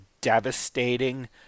devastating